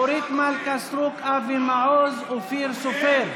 אורית מלכה סטרוק, אבי מעוז ואופיר סופר.